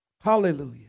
Hallelujah